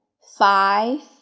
five